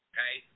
Okay